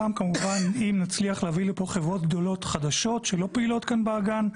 גם כמובן אם נצליח להביא לפה חברות גדולות חדשות שלא פעילות כאן באגן,